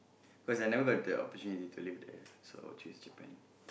cause I never got the opportunity to live there so I choose Japan